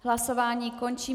Hlasování končím.